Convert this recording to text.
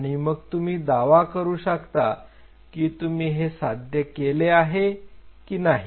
आणि मग तुम्ही दावा करू शकता की तुम्ही हे साध्य केले आहे की नाही